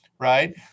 Right